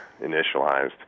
initialized